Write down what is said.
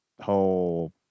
whole